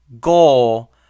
goal